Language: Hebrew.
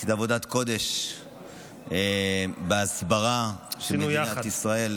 עשית עבודת קודש בהסברה של מדינת ישראל,